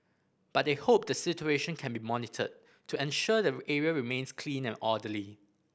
but they hope the situation can be monitored to ensure the area remains clean and orderly